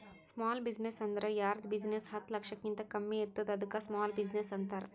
small business ಅಂದುರ್ ಯಾರ್ದ್ business ಹತ್ತ ಲಕ್ಷಕಿಂತಾ ಕಮ್ಮಿ ಇರ್ತುದ್ ಅದ್ದುಕ ಸ್ಮಾಲ್ ಬಿಜಿನೆಸ್ ಅಂತಾರ